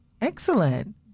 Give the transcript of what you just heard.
Excellent